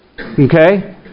Okay